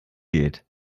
geht